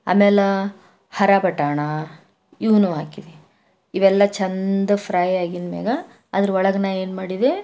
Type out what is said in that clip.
ಆಮೇಲೆ ಹರಭಟಣ ಇವನು ಹಾಕಿದೆ ಇವೆಲ್ಲ ಚೆಂದ ಫ್ರೈ ಆಗಿದ್ಮ್ಯಾಗ ಅದ್ರೊಳಗೆ ನಾ ಏನು ಮಾಡಿದೆ